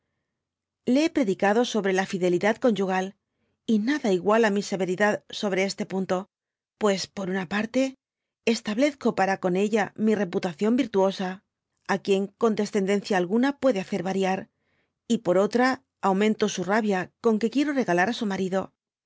le hé predicado sobre la fidelidad conyugal i y nada iguala mi aevoidad sobre este punto pues por una parte establezco para con ella mi reputación de rirtnosa á quien condes cendencia alguna puede hacer variar y por otra aumento su rabia con que quiero regalar á su marido